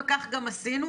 וכך גם עשינו.